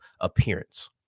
appearance